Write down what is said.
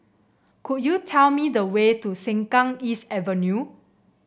could you tell me the way to Sengkang East Avenue